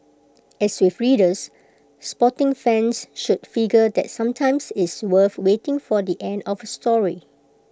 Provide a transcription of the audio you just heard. as with readers sporting fans should figure that sometimes it's worth waiting for the end of A story